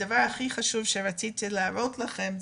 הדבר הכי חשוב שרציתי להראות לכם,